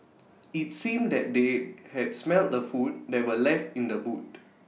IT seemed that they had smelt the food that were left in the boot